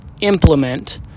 implement